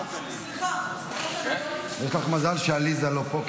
יש לך מזל שעליזה לא פה,